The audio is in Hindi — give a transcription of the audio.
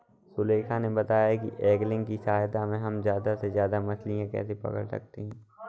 सुलेखा ने बताया कि ऐंगलिंग की सहायता से हम ज्यादा से ज्यादा मछलियाँ कैसे पकड़ सकते हैं